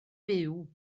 byw